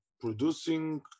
producing